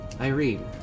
Irene